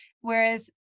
whereas